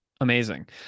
Amazing